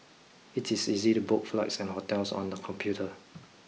it is easy to book flights and hotels on the computer